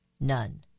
None